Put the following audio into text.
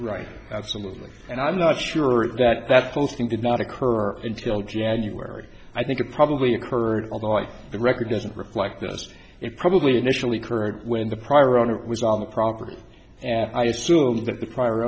right absolutely and i'm not sure that that posting did not occur until january i think it probably occurred although i the record doesn't reflect this is probably initially correct when the prior owner was on the property and i assume that the pri